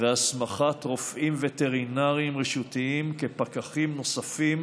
והסמכת רופאים וטרינרים רשותיים כפקחים נוספים